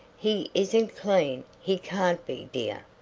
he isn't clean he can't be, dear.